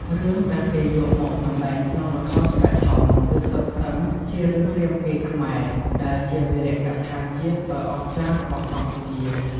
រឿងដែលគេយកមកសម្តែងក្នុងល្ខោនស្បែកធំគឺសុទ្ធសឹងជារឿង រាមកេរ្តិ៍ខ្មែរ ដែលជាវីរកថាជាតិដ៏អស្ចារ្យរបស់កម្ពុជា។